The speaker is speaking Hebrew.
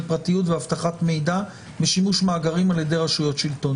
פרטיות ואבטחת מידע משימוש מאגרים על-ידי רשויות שלטון.